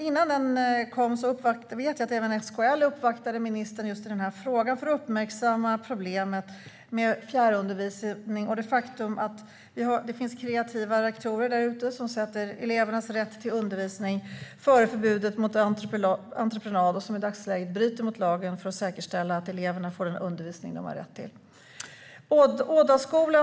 Innan den kom vet jag att även SKL uppvaktade ministern i den här frågan för att uppmärksamma problemet med fjärrundervisning och det faktum att det finns kreativa rektorer som sätter elevernas rätt till undervisning före förbudet mot entreprenad och som i dagsläget bryter mot lagen för att säkerställa att eleverna får den undervisning de har rätt till.